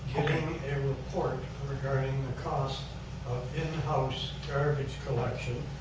getting a report regarding the cost of in house garbage collection,